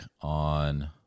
on